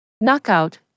Knockout